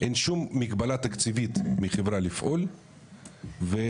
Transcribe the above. אין שום מגבלה תקציבית מהחברה לפעול ו-